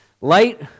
Light